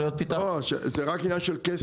לא, זה רק עניין של כסף.